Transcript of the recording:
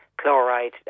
chloride